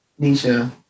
Nisha